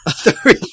Three